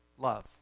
love